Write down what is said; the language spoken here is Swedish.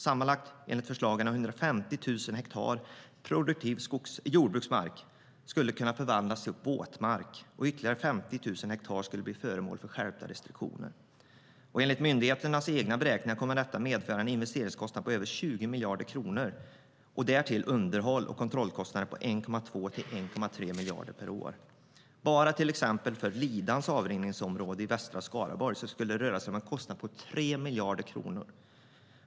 Enligt förslagen skulle sammanlagt 150 000 hektar produktiv jordbruksmark kunna förvandlas till våtmark, och ytterligare 50 000 hektar skulle kunna bli föremål för skärpta restriktioner. Enligt myndigheternas egna beräkningar kommer detta att medföra investeringskostnader på över 20 miljarder kronor. Därtill kommer underhåll och kontrollkostnader på 1,2 till 1,3 miljarder per år. För bara Lidans avrinningsområde i Västra Skaraborg till exempel skulle det röra sig om en kostnad på 3 miljarder kronor.